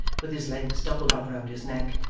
with his legs doubled up round his neck,